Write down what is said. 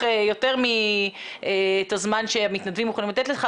יותר מאת הזמן שהמתנדבים מוכנים לתת לכך.